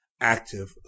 active